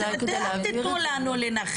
אולי כדי להבהיר --- אל תיתנו לנו לנחש.